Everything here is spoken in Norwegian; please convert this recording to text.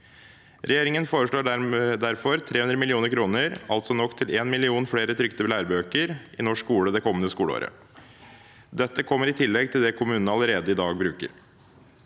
Regjeringen foreslår derfor 300 mill. kr, altså nok til én million flere trykte lærebøker i norsk skole det kommende skoleåret. Dette kommer i tillegg til det kommunene allerede i dag bruker.